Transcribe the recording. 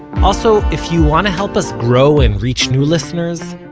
also, if you want help us grow and reach new listeners,